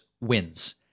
wins